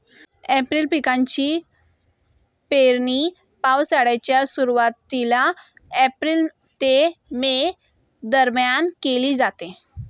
खरीप पिकांची पेरणी पावसाळ्याच्या सुरुवातीला एप्रिल ते मे दरम्यान केली जाते